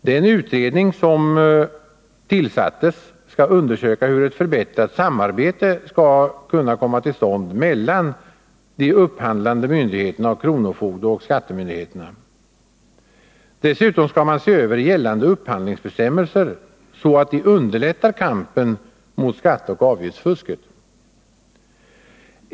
Den utredning som tillsattes skall undersöka hur ett förbättrat samarbete skall kunna komma till stånd mellan de upphandlande myndigheterna och kronofogdeoch skattemyndigheterna. Dessutom skall man se över gällande upphandlingsbestämmelser, så att de underlättar kampen mot skatteoch avgiftsfusket.